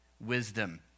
wisdom